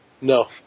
No